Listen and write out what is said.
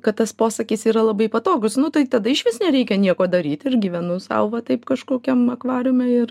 kad tas posakis yra labai patogus nu tai tada išvis nereikia nieko daryt ir gyvenu sau va taip kažkokiam akvariume ir